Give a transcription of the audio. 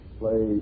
play